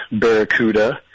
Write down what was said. Barracuda